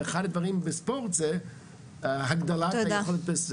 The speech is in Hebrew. ואחד הדברים בספורט זה הגדלת יכולת.